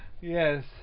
Yes